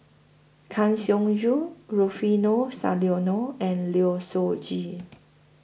Kang Siong Joo Rufino Soliano and Low Siew Nghee